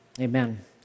amen